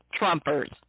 Trumpers